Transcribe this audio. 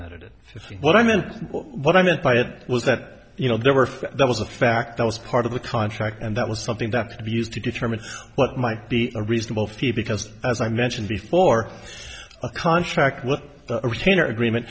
fifteen what i meant what i meant by it was that you know there were if that was a fact that was part of the contract and that was something that could be used to determine what might be a reasonable fee because as i mentioned before a contract with a retainer agreement